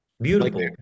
Beautiful